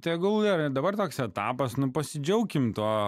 tegul ne dabar toks etapas nu pasidžiaukime tuo